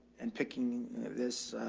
and picking this,